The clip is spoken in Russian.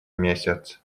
месяц